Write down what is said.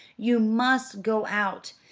you must go out.